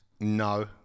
No